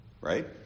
Right